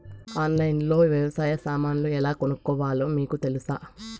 ఆన్లైన్లో లో వ్యవసాయ సామాన్లు ఎలా కొనుక్కోవాలో మీకు తెలుసా?